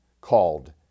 called